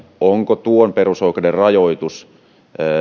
onko tuon perusoikeuden rajoitus